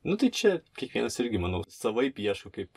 nu tai čia kiekvienas irgi manau savaip ieško kaip